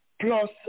Plus